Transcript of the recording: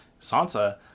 Sansa